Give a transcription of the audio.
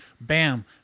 bam